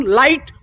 light